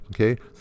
okay